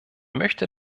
möchte